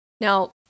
Now